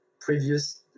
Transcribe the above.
previous